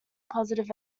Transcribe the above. positive